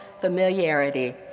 familiarity